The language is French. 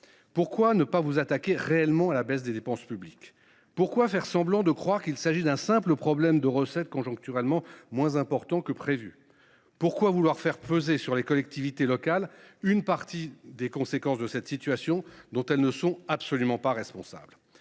Pourquoi ne pas vous attaquer réellement à la baisse des dépenses publiques ? Pourquoi faire semblant de croire qu’il s’agit d’un simple problème de recettes qui seraient conjoncturellement moins importantes que prévu ? Pourquoi vouloir faire peser sur les collectivités locales une partie des conséquences de cette situation, alors que celles ci n’en sont absolument pas responsables ?